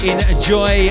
Enjoy